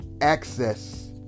access